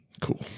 Cool